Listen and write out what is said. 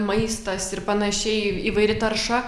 maistas ir panašiai įvairi tarša